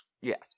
Yes